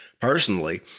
personally